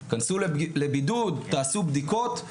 כנסו לבידוד, תעשו בדיקות.